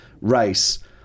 race